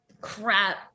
crap